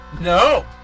No